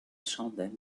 chandelle